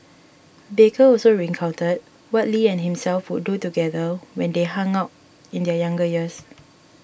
baker also recounted what Lee and himself would do together when they hung out in their younger years